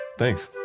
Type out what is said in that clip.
thanks